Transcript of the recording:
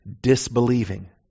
disbelieving